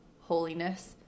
holiness